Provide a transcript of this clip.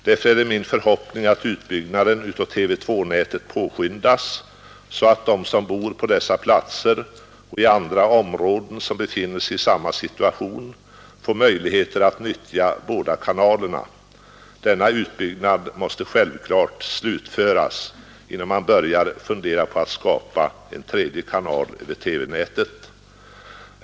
Därför är det min förhoppning att utbyggnaden av TV 2-nätet skall påskyndas, så att de som bor på dessa platser och i andra områden som befinner sig i samma situation får möjligheter att utnyttja båda kanalerna. Denna utbyggnad måste givetvis fullföljas innan man börjar fundera på att skapa en tredje kanal över TV-nätet.